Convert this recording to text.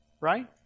right